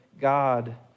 God